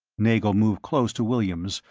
nagle moved close to williams,